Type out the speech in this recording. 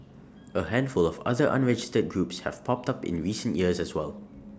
A handful of other unregistered groups have popped up in recent years as well